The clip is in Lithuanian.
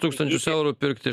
tūkstančius eurų pirkti